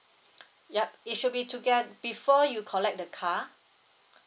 yup it should be toget~ before you collect the car